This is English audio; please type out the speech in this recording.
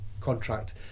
contract